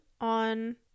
on